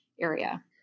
area